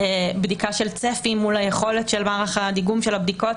בדיקה של צפי מול היכולת של מערך הדיגום של הבדיקות.